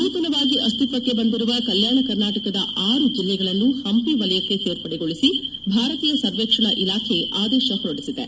ನೂತನವಾಗಿ ಅಸ್ತಿತ್ವಕ್ಕೆ ಬಂದಿರುವ ಕಲ್ಯಾಣ ಕರ್ನಾಟಕದ ಆರು ಜಿಲ್ಲೆಗಳನ್ನು ಹಂಪಿ ವಲಯಕ್ಕೆ ಸೇರ್ಪಡೆಗೊಳಿಸಿ ಭಾರತೀಯ ಸರ್ವೇಕ್ಷಣಾ ಇಲಾಖೆ ಅದೇಶ ಹೊರದಿಸಿದೆ